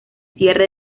cierre